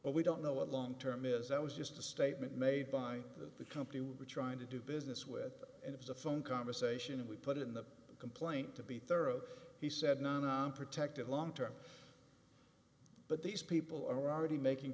but we don't know what long term is i was just a statement made by the company we're trying to do business with and it was a phone conversation and we put it in the complaint to be thorough he said non protective long term but these people are already making